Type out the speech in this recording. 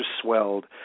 swelled